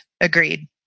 Agreed